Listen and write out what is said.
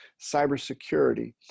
cybersecurity